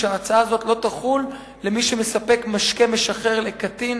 שההצעה הזאת "לא תחול על מי שמספק משקה משכר לקטין